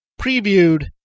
previewed